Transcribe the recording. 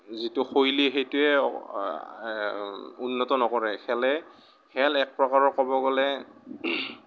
যিটো শৈলী সেইটোৱে উন্নত নকৰে খেলে খেল এক প্ৰকাৰৰ ক'ব গ'লে